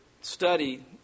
study